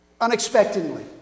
unexpectedly